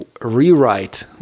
rewrite